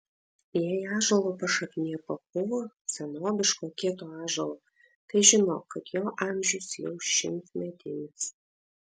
jei ąžuolo pašaknė papuvo senobiško kieto ąžuolo tai žinok kad jo amžius jau šimtmetinis